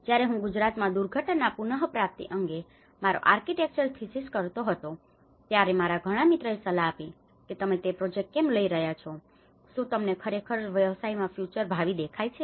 જ્યારે હું ગુજરાતમાં દુર્ઘટના પુનપ્રાપ્તિ અંગે મારો આર્કિટેક્ચરલ થિસીસ કરતો હતો ત્યારે મારા ઘણા મિત્રોએ સલાહ આપી હતી કે તમે તે પ્રોજેક્ટ કેમ લઈ રહ્યા છો શું તમને ખરેખ રતે વ્યવસાયમાં ફ્યુચર future ભાવિ દેખાય છે